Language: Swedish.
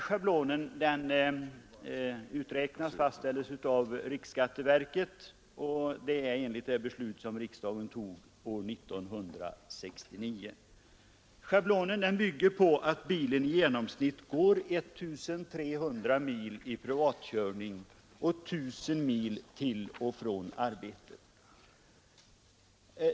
Schablonen uträknas och fastställs av riksskatteverket enligt det beslut som riksdagen fattade 1969. Schablonen bygger på förutsättningarna att bilen i genomsnitt går 1 300 mil i privatkörning och 1 000 mil för resor till och från arbetet.